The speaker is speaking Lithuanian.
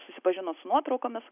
susipažino su nuotraukomis